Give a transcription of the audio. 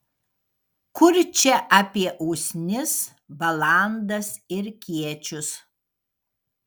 kur čia apie usnis balandas ir kiečius